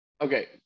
Okay